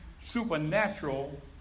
supernatural